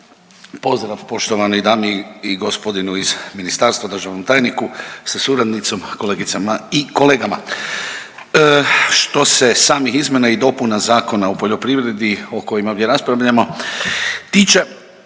Pozdrav poštovanoj dami i gospodinu iz ministarstva, državnom tajniku sa suradnicom, kolegicama i kolegama. Što se samih izmjena i dopuna Zakona o poljoprivredi o kojima ovdje raspravljamo tiče